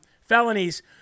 felonies